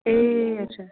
ए हजुर